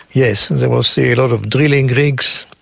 yes, they will see a lot of drilling rigs,